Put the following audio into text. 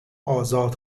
آزاد